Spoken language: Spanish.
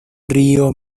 río